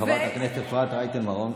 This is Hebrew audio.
לחברת הכנסת אפרת רייטן מרום.